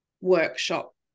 workshop